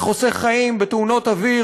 זה חוסך חיים בתאונות דרכים,